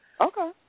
Okay